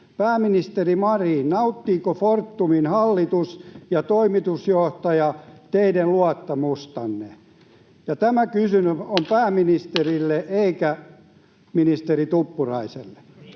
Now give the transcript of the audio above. Pääministeri Marin, nauttivatko Fortumin hallitus ja toimitusjohtaja teidän luottamustanne? Ja tämä kysymys on pääministerille eikä ministeri Tuppuraiselle.